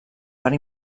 part